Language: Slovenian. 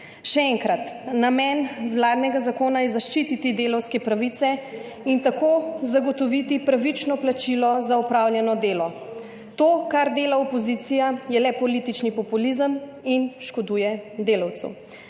Še enkrat. Namen vladnega zakona je zaščititi delavske pravice in tako zagotoviti pravično plačilo za opravljeno delo. To, kar dela opozicija, je le politični populizem in škoduje delavcu.